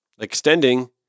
extending